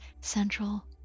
central